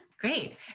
Great